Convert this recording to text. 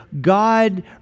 God